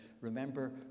remember